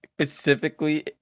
specifically